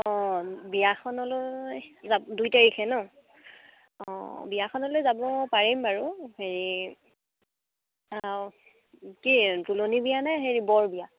অঁ বিয়াখনলৈ দুই তাৰিখে ন অঁ বিয়াখনলৈ যাব পাৰিম বাৰু হেৰি কি তুলনি বিয়া নে হেৰি বৰ বিয়া